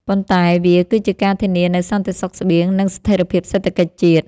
ប៉ុន្តែវាគឺជាការធានានូវសន្តិសុខស្បៀង និងស្ថិរភាពសេដ្ឋកិច្ចជាតិ។